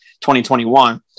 2021